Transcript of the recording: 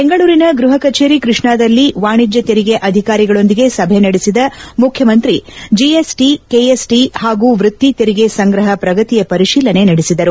ಬೆಂಗಳೂರಿನ ಗೃಹ ಕಜೇರಿ ಕೃಷ್ಣಾದಲ್ಲಿ ವಾಣಿಜ್ಯ ತೆರಿಗೆ ಅಧಿಕಾರಿಗಳೊಂದಿಗೆ ಸಭೆ ನಡೆಸಿದ ಮುಖ್ಯಮಂತ್ರಿ ಜಿಎಸ್ಸಿ ಕೆಎಸ್ಸಿ ಹಾಗೂ ವೃತ್ತಿ ತೆರಿಗೆ ಸಂಗ್ರಹ ಪ್ರಗತಿಯ ಪರಿಶೀಲನೆ ನಡೆಸಿದರು